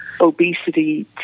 obesity